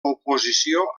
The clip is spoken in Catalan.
oposició